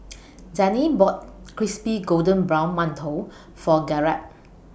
Zane bought Crispy Golden Brown mantou For Garett